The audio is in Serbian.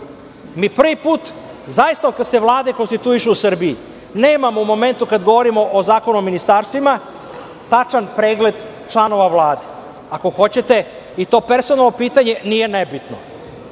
prvi put, zaista od kada se vlade konstituišu u Srbiji, nemamo u momentu kada govorimo o zakonu o ministarstvima, tačan pregled članova Vlade. Ako hoćete, i to personalno pitanje nije nebitno,